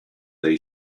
they